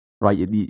right